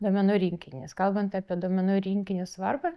duomenų rinkinį nes kalbant apie duomenų rinkinio svarbą